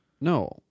No